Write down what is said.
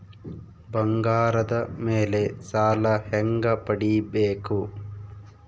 ಬಂಗಾರದ ಮೇಲೆ ಸಾಲ ಹೆಂಗ ಪಡಿಬೇಕು?